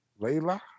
Layla